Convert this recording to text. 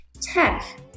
tech